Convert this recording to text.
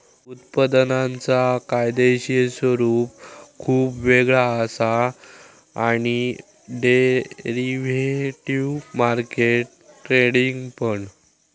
उत्पादनांचा कायदेशीर स्वरूप खुप वेगळा असा आणि डेरिव्हेटिव्ह मार्केट ट्रेडिंग पण